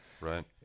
right